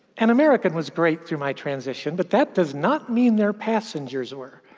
and american was great through my transition, but that does not mean their passengers were.